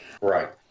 Right